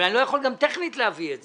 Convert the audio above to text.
אבל גם טכנית אני לא יכול להביא את זה.